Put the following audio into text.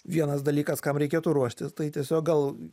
vienas dalykas kam reikėtų ruoštis tai tiesiog gal